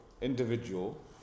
individual